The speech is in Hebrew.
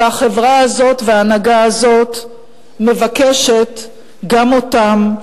והחברה הזאת וההנהגה הזאת מבקשת גם אותם,